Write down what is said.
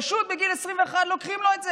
בגיל 21 פשוט לוקחים לו את זה,